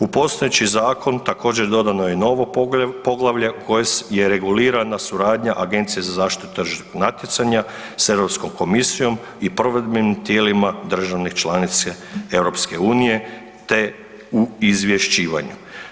U postojeći zakon također dodano je i novo poglavlje koje je regulirana suradnja Agencije za zaštitu tržišnog natjecanja sa Europskom komisijom i provedbenim tijelima državnih članica EU, te u izvješćivanju.